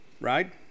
right